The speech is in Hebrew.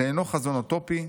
"זה אינו חזון אוטופי,